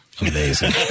Amazing